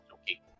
Okay